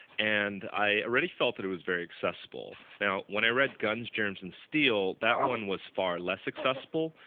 and i already felt that it was very accessible. now, when i read guns, germs, and steel, that one was far less accessible.